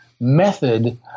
method